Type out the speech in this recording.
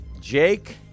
Jake